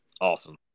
Awesome